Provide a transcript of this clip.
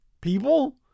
people